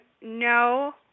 no